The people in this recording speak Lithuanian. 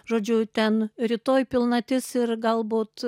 žodžiu ten rytoj pilnatis ir galbūt